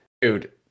dude